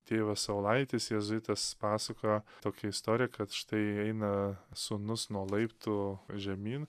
tėvas saulaitis jėzuitas pasakojo tokią istoriją kad štai eina sūnus nuo laiptų žemyn